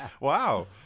Wow